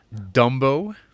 Dumbo